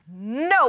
no